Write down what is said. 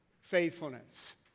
faithfulness